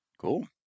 cool